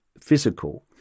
physical